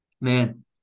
man